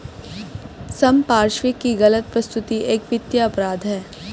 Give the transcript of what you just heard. संपार्श्विक की गलत प्रस्तुति एक वित्तीय अपराध है